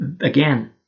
again